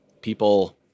people